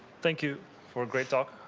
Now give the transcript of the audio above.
thank you for a great talk,